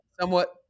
somewhat